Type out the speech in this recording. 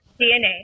DNA